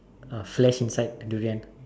uh flesh inside the durian